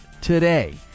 today